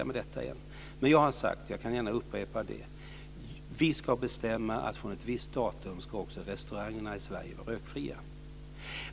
Men jag har sagt, och jag kan gärna upprepa det, att vi ska bestämma att från ett visst datum ska också restaurangerna i Sverige vara rökfria.